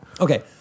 Okay